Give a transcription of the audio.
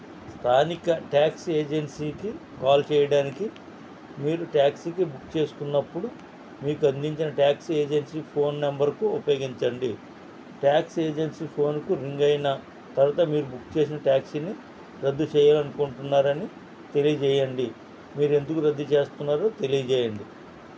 స్థానిక టాక్సీ ఏజెన్సీకి కాల్ చేయడానికి మీరు టాక్సీకి బుక్ చేసుకున్నప్పుడు మీకు అందించిన టాక్సీ ఏజెన్సీ ఫోన్ నెంబరకు ఉపయోగించండి టాక్సీ ఏజెన్సీ ఫోన్కు రింగ్ అయిన తర్వాత మీరు బుక్ చేసిన టాక్సీని రద్దు చెయ్యాలని అనుకుంటున్నారు అని తెలియజేయండి మీరు ఎందుకు రద్దు చేస్తున్నారో తెలియజేయండి